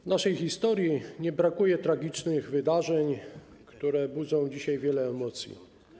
W naszej historii nie brakuje tragicznych wydarzeń, które budzą dzisiaj wiele emocji.